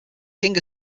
king